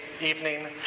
evening